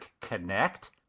Connect